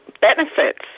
benefits